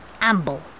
amble